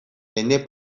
ene